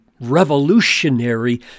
revolutionary